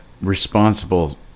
responsible